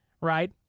right